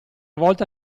volta